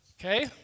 Okay